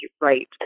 right